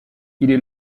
est